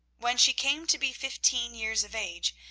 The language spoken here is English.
when she came to be fifteen years of age,